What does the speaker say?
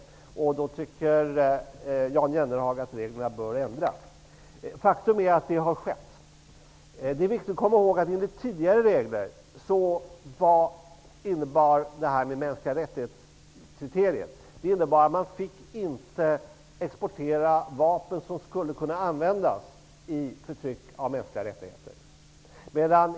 Jan Jennehag tycker att reglerna bör ändras. Faktum är att det har skett. Det är viktigt att komma ihåg att kriteriet om de mänskliga rättigheterna enligt tidigare regler innebar att man inte fick exportera vapen som skulle kunna användas vid förtryck av mänskliga rättigheter.